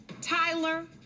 Tyler